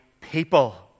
people